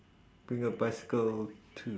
bring a bicycle to